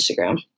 Instagram